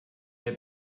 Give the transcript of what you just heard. der